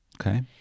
Okay